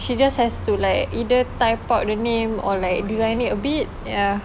she just has to like either type out the name or like design it a bit ya